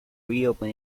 reopen